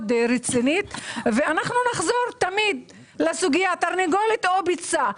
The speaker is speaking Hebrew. רצינית ואנחנו תמיד נחזור לשאלת התרנגולת או הביצה.